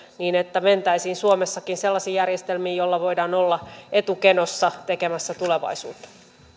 niin mentäisiin suomessakin sellaisiin järjestelmiin joilla voidaan olla etukenossa tekemässä tulevaisuutta